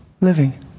living